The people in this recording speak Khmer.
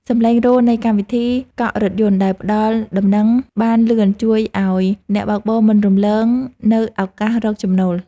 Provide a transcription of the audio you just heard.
សម្លេងរោទ៍នៃកម្មវិធីកក់រថយន្តដែលផ្ដល់ដំណឹងបានលឿនជួយឱ្យអ្នកបើកបរមិនរំលងនូវឱកាសរកចំណូល។